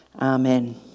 amen